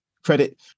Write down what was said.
credit